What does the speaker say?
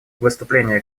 выступление